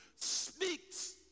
speaks